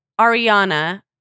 Ariana-